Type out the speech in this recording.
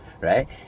right